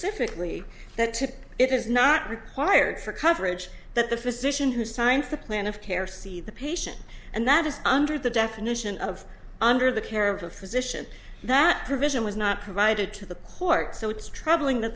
specifically that it is not required for coverage that the physician who signs the plan of care see the patient and that is under the definition of under the care of a physician that provision was not provided to the court so it's troubling that